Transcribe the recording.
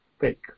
fake